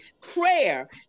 Prayer